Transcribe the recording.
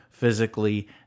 physically